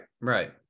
right